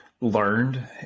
learned